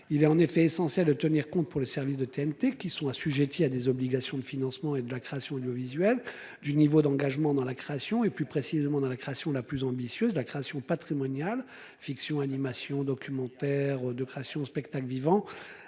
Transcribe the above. Il est en effet essentiel de tenir compte, pour les services de la TNT qui sont assujettis à des obligations de financement de la création audiovisuelle, du niveau d'engagement dans la création, plus précisément dans la création la plus ambitieuse, à savoir la création patrimoniale- fiction, animation, documentaire de création, spectacle vivant.